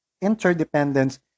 interdependence